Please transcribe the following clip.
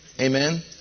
Amen